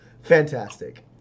Fantastic